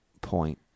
point